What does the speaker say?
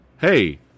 hey